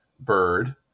bird